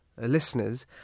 listeners